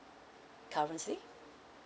currently